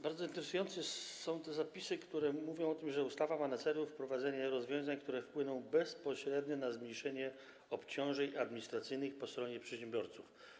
Bardzo interesujące są te zapisy, które mówią o tym, że ustawa ma na celu wprowadzenie rozwiązań, które wpłyną bezpośrednio na zmniejszenie obciążeń administracyjnych po stronie przedsiębiorców.